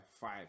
five